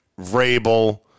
Vrabel